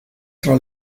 tra